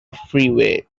freeway